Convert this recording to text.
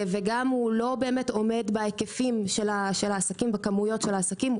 הוא גם לא באמת עומד בהיקפים ובכמויות של העסקים.